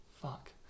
fuck